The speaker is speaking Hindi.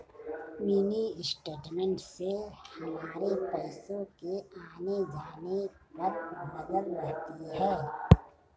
मिनी स्टेटमेंट से हमारे पैसो के आने जाने पर नजर रहती है